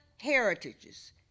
heritages